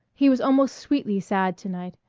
he was almost sweetly sad to-night.